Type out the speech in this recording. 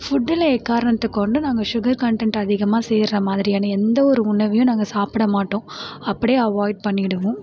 ஃபுட்ல எக்காரணத்தை கொண்டும் நாங்கள் ஷுகர் கண்டன்ட் அதிகமாக சேர்கிற மாதிரியான எந்த ஒரு உணவையும் நாங்கள் சாப்பிட மாட்டோம் அப்படியே அவாய்ட் பண்ணிடுவோம்